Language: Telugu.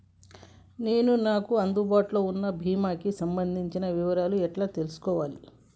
నేను నాకు అందుబాటులో ఉన్న బీమా కి సంబంధించిన వివరాలు ఎలా తెలుసుకోవాలి?